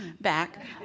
back